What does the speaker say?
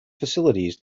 facilities